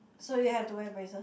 so you have to wear braces